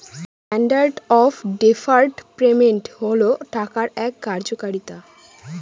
standard of deferred payment হল টাকার এক কার্যকারিতা